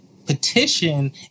petition